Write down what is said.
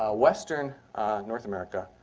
ah western north america.